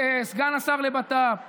סגן השר לביטחון פנים,